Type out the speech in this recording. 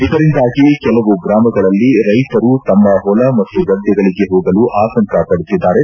ಇದರಿಂದಾಗಿ ಕೆಲವು ಗ್ರಾಮಗಳಲ್ಲಿ ರೈತರು ತಮ್ಮ ಹೊಲ ಮತ್ತು ಗದ್ದೆಗಳಿಗೆ ಹೋಗಲು ಆತಂಕ ಪಡುತ್ತಿದ್ದಾರೆ